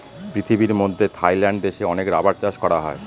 পৃথিবীর মধ্যে থাইল্যান্ড দেশে অনেক রাবার চাষ করা হয়